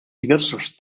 diversos